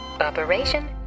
Operation